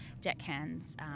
deckhands